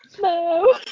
no